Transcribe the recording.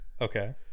Okay